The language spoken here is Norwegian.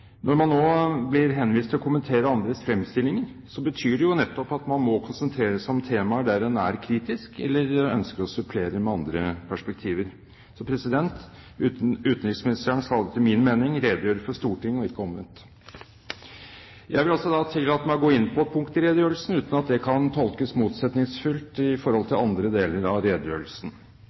Når man nå blir henvist til å kommentere andres fremstillinger, betyr det nettopp at man må konsentrere seg om temaer der man er kritisk eller ønsker å supplere med andre perspektiver. Utenriksministeren skal, etter min mening, redegjøre for Stortinget og ikke omvendt. Jeg vil tillate meg å gå inn på et punkt i redegjørelsen, uten at det kan tolkes motsetningsfylt i forhold til andre deler av redegjørelsen.